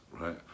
right